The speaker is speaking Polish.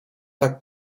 tak